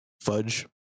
fudge